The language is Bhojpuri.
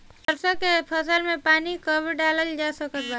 सरसों के फसल में पानी कब डालल जा सकत बा?